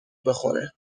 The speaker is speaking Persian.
بخوره